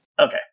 Okay